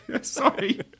sorry